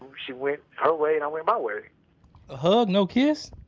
she went her way and i went my way a hug, no kiss?